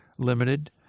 Limited